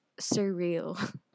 surreal